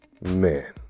man